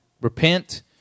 repent